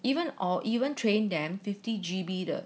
even or even train them fifty G_B 的